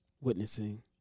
witnessing